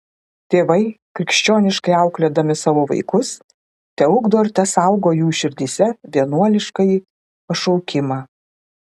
tėvai krikščioniškai auklėdami savo vaikus teugdo ir tesaugo jų širdyse vienuoliškąjį pašaukimą